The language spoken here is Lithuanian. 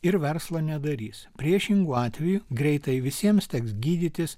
ir verslo nedarys priešingu atveju greitai visiems teks gydytis